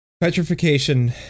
Petrification